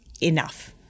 enough